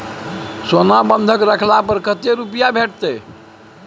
सोना बंधक रखला पर कत्ते रुपिया भेटतै?